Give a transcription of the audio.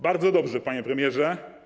Bardzo dobrze, panie premierze.